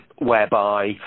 whereby